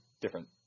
different